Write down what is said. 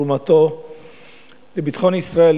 כולם יודעים את תרומתו לביטחון ישראל,